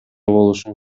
болушун